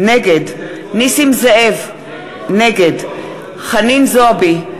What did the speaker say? נגד נסים זאב, נגד חנין זועבי,